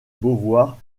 beauvoir